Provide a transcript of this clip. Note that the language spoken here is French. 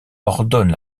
ordonne